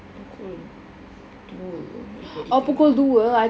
pukul dua if we're eating now